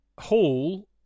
Hall